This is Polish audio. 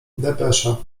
depesza